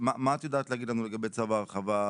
ומה את יודעת להגיד לנו לגבי צו ההרחבה?